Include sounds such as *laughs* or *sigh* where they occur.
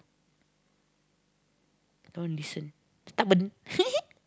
don't listen stubborn *laughs*